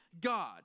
God